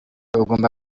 ugomba